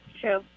True